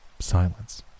Silence